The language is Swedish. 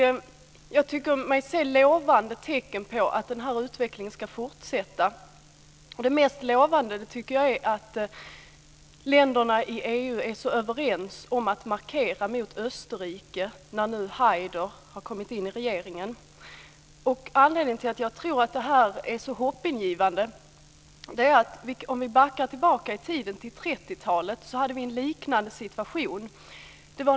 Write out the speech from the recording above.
Jag tycker mig se lovande tecken på att den här utvecklingen ska fortsätta. Det mest lovande är att länderna i EU är så överens om att markera mot Österrike när Haider nu har kommit in i regeringen. Om vi backar tillbaka i tiden till 30-talet var det en liknande situation.